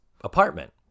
apartment